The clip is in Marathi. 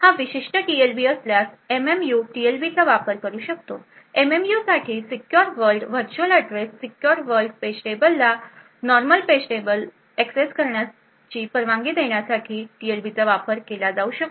हा विशिष्ट टीएलबी असल्यास एमएमयू टीएलबीचा वापर करू शकतो एमएमयूसाठी secure world virtual address secure world page table ला नॉर्मल पेज टेब एक्सेस करण्याची परवानगी देण्यासाठी टीएलबीचा वापर केला जाऊ शकतो